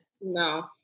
No